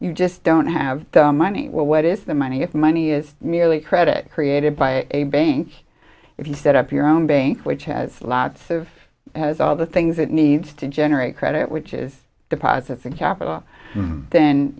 you just don't have the money well what is the money if money is merely credit created by a bank if you set up your own bank which has lots of has all the things it needs to generate credit which is deposits and capital then